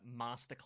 masterclass